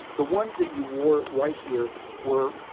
the ones that you wore right here were,